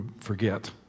forget